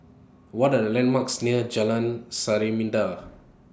What Are The landmarks near Jalan Samarinda